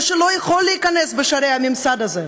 או שלא יכול להיכנס בשערי הממסד הזה,